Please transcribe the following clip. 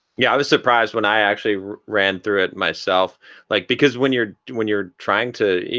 yeah, i was surprised when i actually ran through it myself like because when you're when you're trying to.